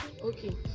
okay